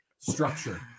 structure